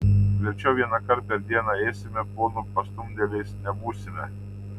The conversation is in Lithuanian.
verčiau vienąkart per dieną ėsime ponų pastumdėliais nebūsime